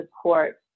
support